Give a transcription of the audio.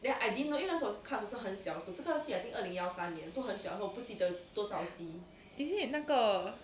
is it 那个